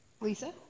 Lisa